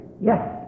yes